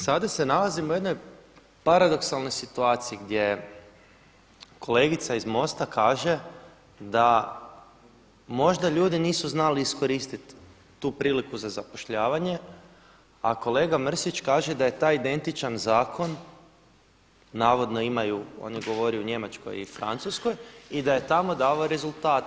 Sada nalazimo u jednoj paradoksalnoj situaciji gdje kolegica iz MOST-a kaže da možda ljudi nisu znali iskoristiti tu priliku za zapošljavanje, a kolega Mrsić kaže da je taj identičan navodno imaju, on je govorio o Njemačkoj i Francuskoj i da je tamo davao rezultate.